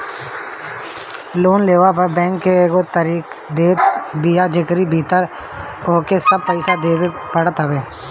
loan लेहला पअ bank एगो तय तारीख देत बिया जेकरी भीतर होहके सब पईसा देवे के पड़त हवे